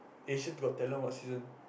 Asia Got Talent what season